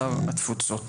שר התפוצות.